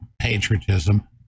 patriotism